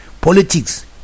politics